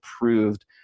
approved